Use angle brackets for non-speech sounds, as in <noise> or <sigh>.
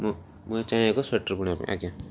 ମୁଁ ମୁଁ <unintelligible> ସ୍ୱେଟର୍ ବୁଣିବା ପାଇଁ ଆଜ୍ଞା